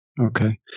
Okay